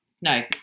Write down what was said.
No